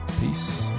Peace